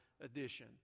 edition